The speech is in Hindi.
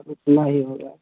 अब इतना ही होगा